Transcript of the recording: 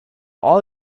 all